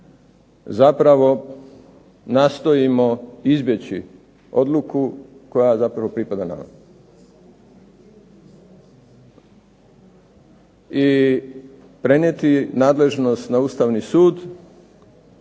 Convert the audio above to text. zapravo nastojimo izbjeći odluku koja pripada nama i prenijeti nadležnost na Ustavni sud